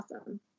awesome